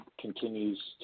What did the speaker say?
continues